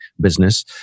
business